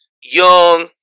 young